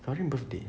farin birthday